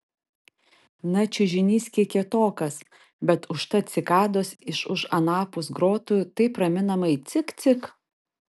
na čiužinys kiek kietokas bet užtat cikados iš už anapus grotų taip raminamai cik cik